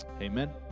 Amen